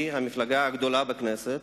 היא המפלגה הגדולה בכנסת,